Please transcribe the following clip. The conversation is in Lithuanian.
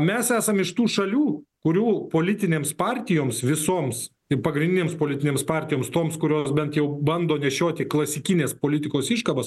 mes esam iš tų šalių kurių politinėms partijoms visoms pagrindinėms politinėms partijoms toms kurios bent jau bando nešioti klasikinės politikos iškabas